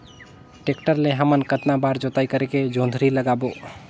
Tractor ले हमन कतना बार जोताई करेके जोंदरी लगाबो?